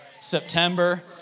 September